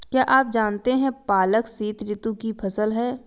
क्या आप जानते है पालक शीतऋतु की फसल है?